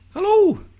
Hello